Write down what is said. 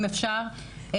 אם אפשר,